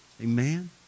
Amen